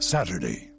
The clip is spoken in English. Saturday